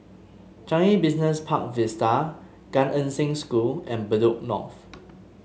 Changi Business Park Vista Gan Eng Seng School and Bedok North